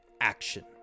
action